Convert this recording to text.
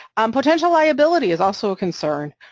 um potential liability is also a concern,